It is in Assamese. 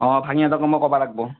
অঁ ভাগিনহঁতক মই কবা লাগ্ব